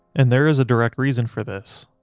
and there is a direct reason for this.